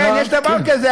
יש דבר כזה?